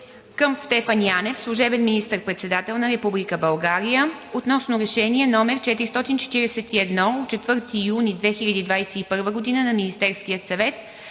към Стефан Янев – служебен министър-председател на Република България, относно Решение № 441 от 4 юни 2021 г. на Министерския съвет.